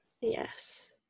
Yes